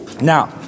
Now